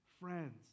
friends